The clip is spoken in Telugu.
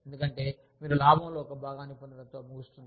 ఎందుకంటే మీరు లాభంలో ఒక భాగాన్ని పొందడంతో ముగుస్తుంది